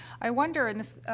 i wonder, and this,